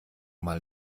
mal